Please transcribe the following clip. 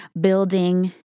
building